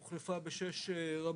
הוחלפו בשש רמות,